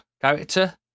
character